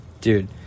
Dude